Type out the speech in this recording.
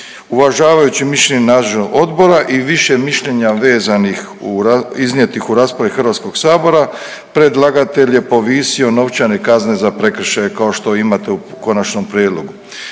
Uvažavajući mišljenje nadležnog Odbora i više mišljenja vezanih iznijetih u raspravi Hrvatskoga sabora predlagatelj je povisio novčane kazne za prekršaje kao što imate u Konačnom prijedlogu.